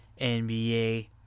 NBA